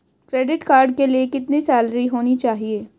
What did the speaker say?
Credit card के लिए कितनी सैलरी होनी चाहिए?